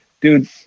dude